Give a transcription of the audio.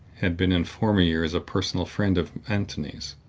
had been, in former years, a personal friend of antony's.